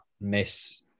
miss